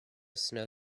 snow